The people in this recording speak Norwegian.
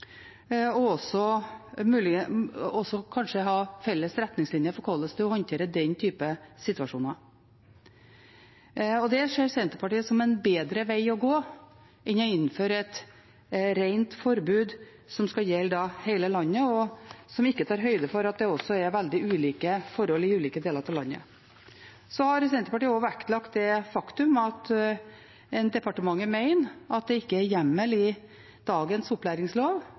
også mulig kanskje å ha felles retningslinjer for hvordan den type situasjoner håndteres. Det ser Senterpartiet som en bedre vei å gå enn å innføre et rent forbud som skal gjelde hele landet, og som ikke tar høyde for at det er veldig ulike forhold i ulike deler av landet. Senterpartiet har også vektlagt det faktum at departementet mener det ikke er hjemmel i dagens opplæringslov